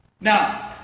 Now